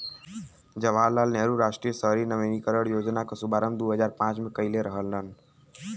जवाहर लाल नेहरू राष्ट्रीय शहरी नवीनीकरण योजना क शुभारंभ दू हजार पांच में कइले रहलन